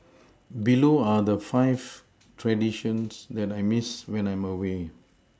below are the five traditions that I Miss when I'm away